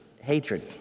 hatred